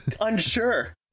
unsure